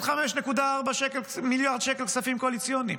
5.4 מיליארד שקל כספים קואליציוניים.